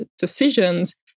decisions